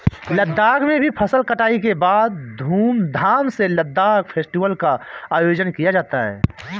लद्दाख में भी फसल कटाई के बाद धूमधाम से लद्दाख फेस्टिवल का आयोजन किया जाता है